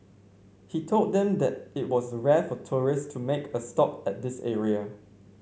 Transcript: he told them that it was rare for tourist to make a stop at this area